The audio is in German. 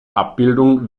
abbildung